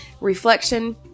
Reflection